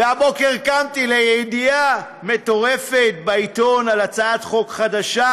והבוקר קמתי לידיעה מטורפת בעיתון על הצעת חוק חדשה: